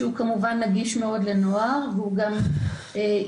שהוא כמובן נגיש מאוד לנוער והוא גם אינטימי,